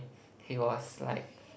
he was like